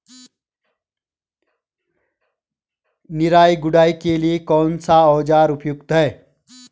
निराई गुड़ाई के लिए कौन सा औज़ार उपयुक्त है?